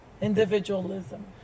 individualism